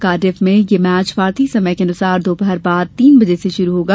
Cardiff में ये match भारतीय समय के अनुसार दोपहर बाद तीन बजे से शुरू होगा